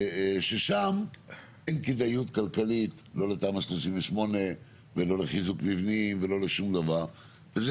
ששם אין כדאיות כלכליות לא לתמ"א 38 ולא לחיזוק מבנים ולא לשום דבר.